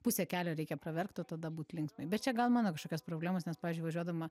pusę kelio reikia paverkt o tada būt linksmai bet čia gal mano kažkokios problemos nes pavyzdžiui važiuodama